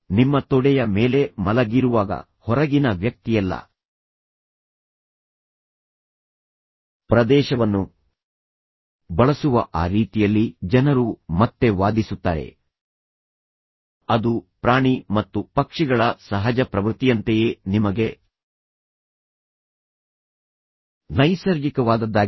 ನಿಮ್ಮ ತೊಡೆಯ ಮೇಲೆ ಮಲಗಿರುವಾಗ ಹೊರಗಿನ ವ್ಯಕ್ತಿಯಲ್ಲ ಪ್ರದೇಶವನ್ನು ಬಳಸುವ ಆ ರೀತಿಯಲ್ಲಿ ಜನರು ಮತ್ತೆ ವಾದಿಸುತ್ತಾರೆ ಅದು ಪ್ರಾಣಿ ಮತ್ತು ಪಕ್ಷಿಗಳ ಸಹಜ ಪ್ರವೃತ್ತಿಯಂತೆಯೇ ನಿಮಗೆ ನೈಸರ್ಗಿಕವಾದದ್ದಾಗಿದೆ